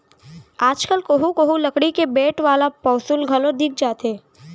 आज कल कोहूँ कोहूँ लकरी के बेंट वाला पौंसुल घलौ दिख जाथे